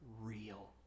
real